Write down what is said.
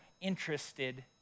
interested